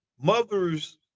Mothers